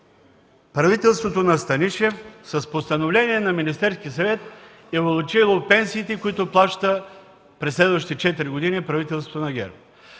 правителството на Станишев с постановление на Министерския съвет е увеличило пенсиите, които да плаща през следващите четири години правителството на ГЕРБ.